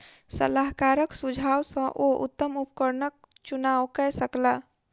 सलाहकारक सुझाव सॅ ओ उत्तम उपकरणक चुनाव कय सकला